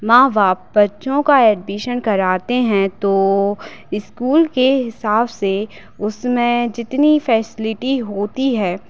माँ बाप बच्चों का एडमिशन कराते हैं तो स्कूल के हिसाब से उसमें जितनी फैसिलिटी होती है